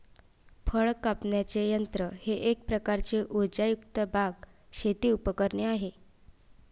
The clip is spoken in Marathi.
फळ कापण्याचे यंत्र हे एक प्रकारचे उर्जायुक्त बाग, शेती उपकरणे आहे